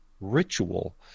Ritual